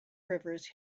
rivers